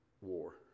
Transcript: war